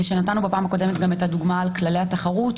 בפעם הקודמת נתנו גם את הדוגמה על כללי התחרות,